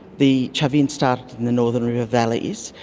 the chavin started in the northern river valleys,